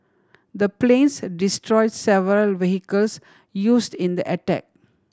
the planes destroy several vehicles used in the attack